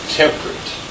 temperate